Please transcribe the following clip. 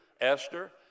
Esther